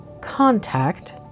Contact